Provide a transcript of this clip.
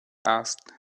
asked